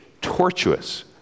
tortuous